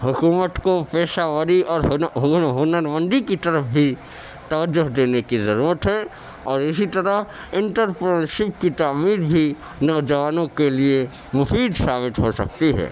حکومت کو پیشہ وری اور ہنن مندی کی ٹرف بھی توجہ دینے کی ضرورت ہے اور اسی طرح انٹرپرونشپ کی تعمیر بھی نوجوانوں کے لیے مفید ثابت ہو سکتی ہے